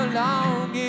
long